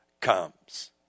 comes